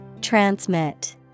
Transmit